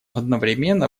одновременно